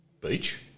beach